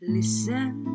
Listen